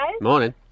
Morning